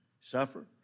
suffer